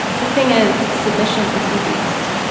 the thing is, submission is easiest.